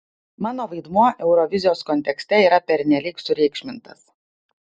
mano vaidmuo eurovizijos kontekste yra pernelyg sureikšmintas